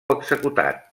executat